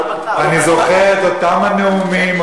אבל אני זוכר את אותם הנאומים,